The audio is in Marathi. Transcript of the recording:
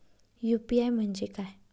यू.पी.आय म्हणजे काय?